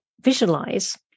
visualize